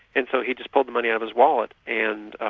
and so he just pulled the money out of his wallet and ah